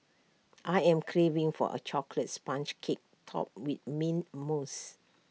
I am craving for A Chocolate Sponge Cake Topped with Mint Mousse